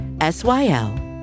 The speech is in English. S-Y-L